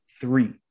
Three